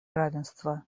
равенства